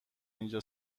اینجا